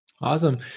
Awesome